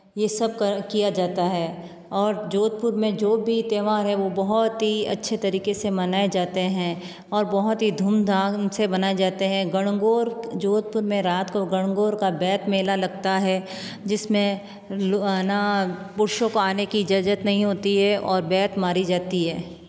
ये सब कर किया जाता है और जोधपुर में जो भी त्यौहार है वो बहुत ही अच्छे तरीक़े से मनाए जाते हैं और बहुत ही धूम धाम से मनाए जाते हैं गणगौर जोधपुर में रात को गणगौर का बैत मेला लगता है जिस में है ना पुरुषों को आने की इजाज़त नहीं होती है और बैत मारी जाती है